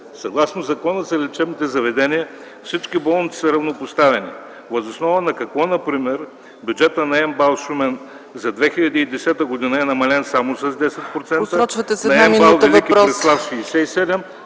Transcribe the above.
Съгласно Закона за лечебните заведения всички болници са равнопоставени. Въз основа на какво например, бюджетът на МБАЛ – Шумен за 2010 г. е намален само с 10%; на МБАЛ – Велики Преслав –